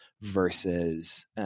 versus